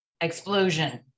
explosion